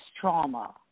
trauma